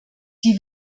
die